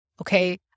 Okay